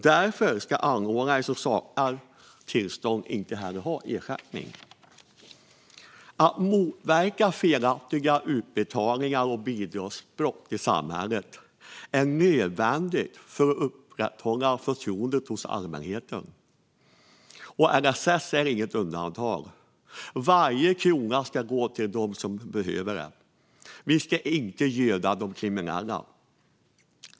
Därför ska anordnare som saknar tillstånd inte heller ha ersättning. Att motverka felaktiga utbetalningar och bidragsbrott i samhället är nödvändigt för att upprätthålla förtroendet från allmänheten, och LSS är inget undantag. Varje krona ska gå till dem som behöver den. Vi ska inte göda de kriminella.